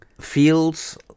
fields